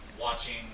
watching